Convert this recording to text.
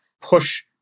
push